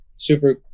super